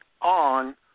on